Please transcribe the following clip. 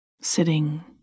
Sitting